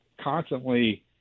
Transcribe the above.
constantly